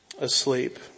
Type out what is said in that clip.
asleep